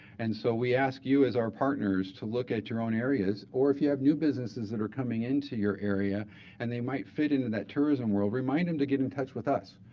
and so we ask you as our partners to look at your own areas, or if you have new businesses that are coming into your area and they might fit into that tourism world, remind them to get in touch with us.